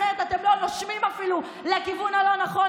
אחרת אתם לא נושמים אפילו לכיוון הלא-נכון.